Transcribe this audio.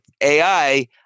AI